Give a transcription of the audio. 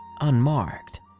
unmarked